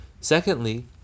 Secondly